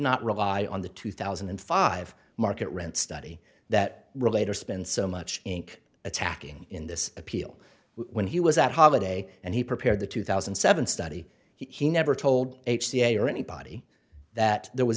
not rely on the two thousand and five market rent study that relate or spend so much ink attacking in this appeal when he was at holiday and he prepared the two thousand and seven study he never told h c a or anybody that there was